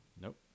Nope